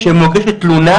כשמוגשת תלונה,